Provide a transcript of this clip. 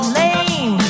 lame